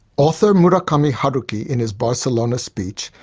author murakami haruki, in his barcelona speech,